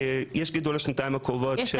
יש גידול לשנתיים הקרובות.